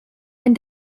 and